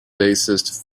bassist